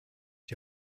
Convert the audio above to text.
die